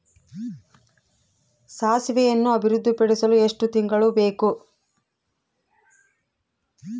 ಸಾಸಿವೆಯನ್ನು ಅಭಿವೃದ್ಧಿಪಡಿಸಲು ಎಷ್ಟು ತಿಂಗಳು ಬೇಕು?